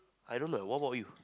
I don't know what about you